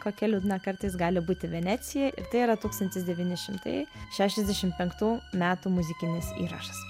kokia liūdna kartais gali būti venecija ir tai yra tūkstantis devyni šimtai šešiasdešim penktų metų muzikinis įrašas